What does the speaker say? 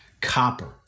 copper